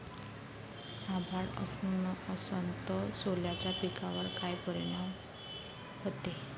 अभाळ असन तं सोल्याच्या पिकावर काय परिनाम व्हते?